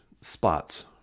spots